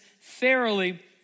Fairly